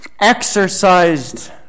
exercised